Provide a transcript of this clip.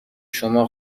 شما